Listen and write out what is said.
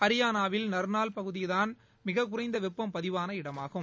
ஹரியானாவில் நா்னால் பகுதிதான் மிகக்குறைந்தவெப்பம் பதிவான இடமாகும்